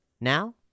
Now